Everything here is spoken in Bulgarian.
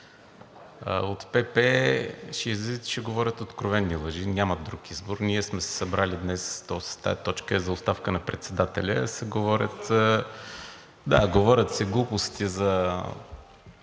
и ще говорят откровени лъжи, нямат друг избор. Ние сме се събрали днес, тоест тази точка е за оставката на председателя, а се говорят глупости за